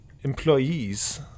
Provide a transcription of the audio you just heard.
employees